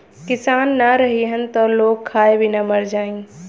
किसान ना रहीहन त लोग खाए बिना मर जाई